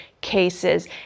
cases